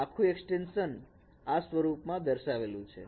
આખું એક્સ્ટેંશન આ સ્વરૂપમાં દર્શાવેલું છે